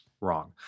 wrong